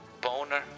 Boner